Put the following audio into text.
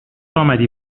اومدی